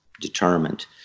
determined